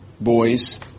boys